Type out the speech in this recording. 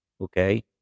Okay